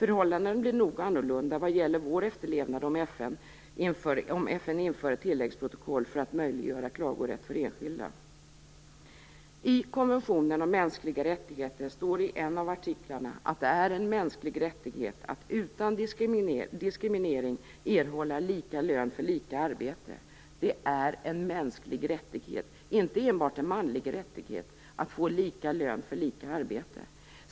Uppfattningen när det gäller vår efterlevnad blir nog en annan om FN inför tilläggsprotokoll för att möjliggöra klagorätt för enskilda. I konventionen om mänskliga rättigheter står det i en av artiklarna att det är en mänsklig rättighet att - Det är en mänsklig rättighet - inte enbart en manlig rättighet - att få lika lön för lika arbete.